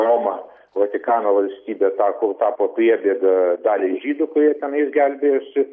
romą vatikano valstybė tako tapo priebėga daliai žydų kurie tenais gelbėjosi